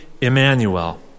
Emmanuel